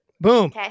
Boom